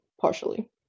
partially